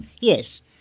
Yes